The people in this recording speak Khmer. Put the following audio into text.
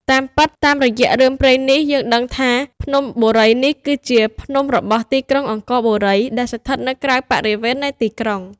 តាមពិតតាមរយៈ រឿងព្រេងនេះ យើងដឹងថា ភ្នំបុរីនេះគឺជា ភ្នំរបស់ទីក្រុងអង្គរបូរី ដែលស្ថិតនៅក្រៅ បរិវេណនៃទីក្រុង។